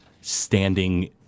standing